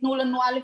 תנו לנו א',